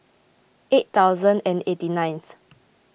eight thousand and eighty ninth